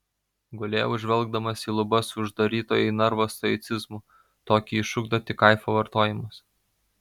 gulėjau žvelgdamas į lubas su uždarytojo į narvą stoicizmu tokį išugdo tik kaifo vartojimas